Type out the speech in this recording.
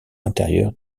intérieure